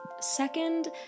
Second